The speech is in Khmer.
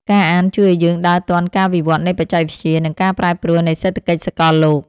ការអានជួយឱ្យយើងដើរទាន់ការវិវឌ្ឍនៃបច្ចេកវិទ្យា និងការប្រែប្រួលនៃសេដ្ឋកិច្ចសកលលោក។